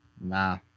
Nah